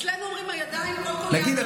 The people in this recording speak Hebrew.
אצלנו אומרים: הידיים, יעקב, עשו.